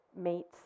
meets